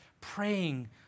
praying